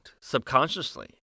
subconsciously